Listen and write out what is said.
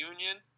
Union